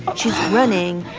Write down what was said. she's running,